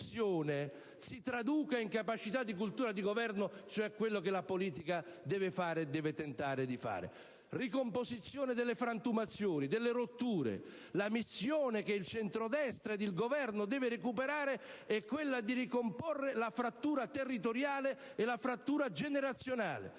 dall'emozione si traduca in capacità di cultura di governo, che poi è quello che la politica deve tentare di fare. Ricomposizione delle frantumazioni e delle rotture: la missione che il centrodestra e il Governo devono recuperare è quella di ricomporre la frattura territoriale e generazionale,